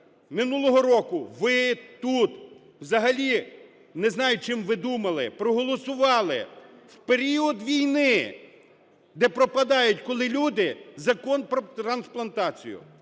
минулого року ви тут (взагалі не знаю, чим ви думали) проголосували в період війни, де пропадають коли люди, Закон про трансплантацію.